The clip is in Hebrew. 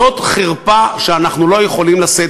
זאת חרפה שאנחנו לא יכולים לשאת.